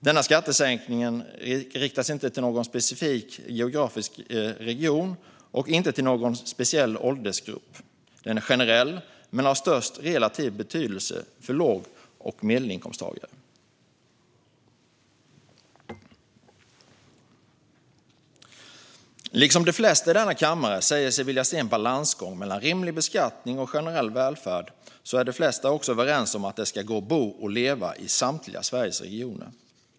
Denna skattesänkning riktar sig inte till någon specifik geografisk region och inte till någon speciell åldersgrupp. Den är generell men har störst relativ betydelse för låg och medelinkomsttagare. Liksom de flesta i denna kammare säger sig vilja se en balansgång mellan rimlig beskattning och generell välfärd är de flesta också överens om att det ska gå att bo och leva i Sveriges samtliga regioner.